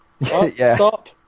Stop